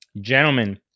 Gentlemen